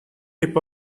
tip